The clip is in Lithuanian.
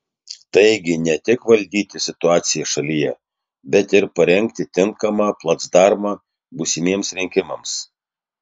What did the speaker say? taigi ne tik valdyti situaciją šalyje bet ir parengti tinkamą placdarmą būsimiems rinkimams